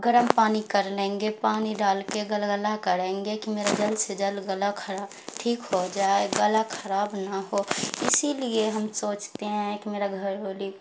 گرم پانی کر لیں گے پانی ڈال کے گلگلا کریں گے کہ میرا جلد سے جلد گلا خراب ٹھیک ہو جائے گلا خراب نہ ہو اسی لیے ہم سوچتے ہیں کہ میرا گھر والی